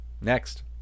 Next